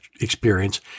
experience